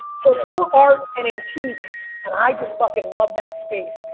so yeah more art and antique and i just fucking love that space.